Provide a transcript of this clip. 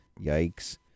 yikes